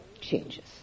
changes